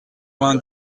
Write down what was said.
vingt